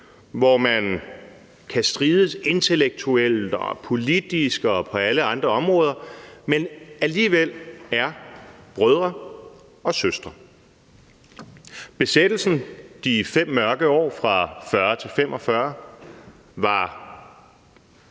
hvor man kan strides intellektuelt, politisk og på alle andre områder, men hvor man alligevel er brødre og søstre. Besættelsen – de 5 mørke år fra 1940-1945 – var